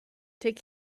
take